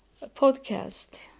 podcast